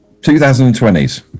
2020s